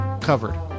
covered